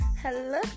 Hello